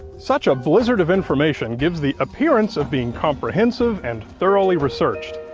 such a blizzard of information gives the appearance of being comprehensive and thoroughly researched.